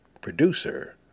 producer